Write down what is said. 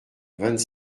vingt